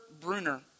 Bruner